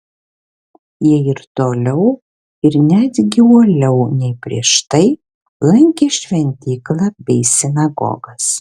jie ir toliau ir netgi uoliau nei prieš tai lankė šventyklą bei sinagogas